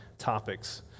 Topics